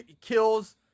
kills